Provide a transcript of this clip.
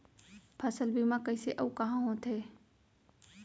फसल बीमा कइसे अऊ कहाँ होथे?